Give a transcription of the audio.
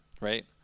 right